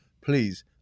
please